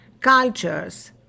cultures